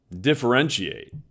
differentiate